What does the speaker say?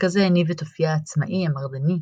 רקע זה הניב את אופייה העצמאי, המרדני,